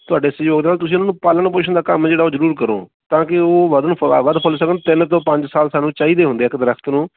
ਤੁਹਾਡੇ ਸਹਿਯੋਗ ਦੇ ਨਾਲ ਤੁਸੀਂ ਉਹਨਾਂ ਨੂੰ ਪਾਲਣ ਪੋਸ਼ਣ ਦਾ ਕੰਮ ਜਿਹੜਾ ਉਹ ਜ਼ਰੂਰ ਕਰੋ ਤਾਂ ਕਿ ਉਹ ਵਧਣ ਫਲਾ ਵਧ ਫੁੱਲ ਸਕਣ ਤਿੰਨ ਤੋਂ ਪੰਜ ਸਾਲ ਸਾਨੂੰ ਚਾਹੀਦੇ ਹੁੰਦੇ ਇੱਕ ਦਰੱਖਤ ਨੂੰ